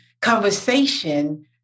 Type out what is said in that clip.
conversation